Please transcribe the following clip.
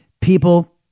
people